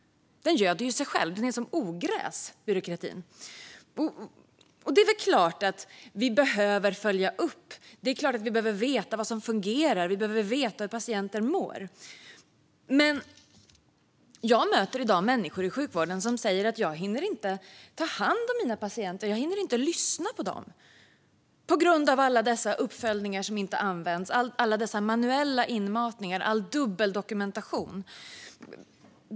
Den göder sig själv. Byråkratin är som ogräs. Det är klart att vi behöver följa upp och veta vad som fungerar. Vi behöver veta hur patienter mår. Men jag möter i dag människor i sjukvården som säger: Jag hinner inte ta hand om mina patienter. Jag hinner inte lyssna på dem på grund av alla dessa uppföljningar som inte används, alla dessa manuella inmatningar och all dubbeldokumentation.